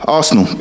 Arsenal